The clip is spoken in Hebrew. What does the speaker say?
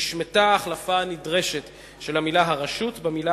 נשמטה ההחלפה הנדרשת של המלה "הרשות" במלה